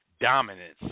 dominance